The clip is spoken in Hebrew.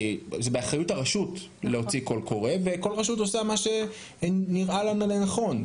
באחריות הרשות להוציא קול קורא וכל רשות עושה את מה שנראה לה לנכון.